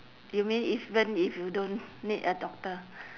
you mean even if you don't need a doctor